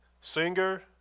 singer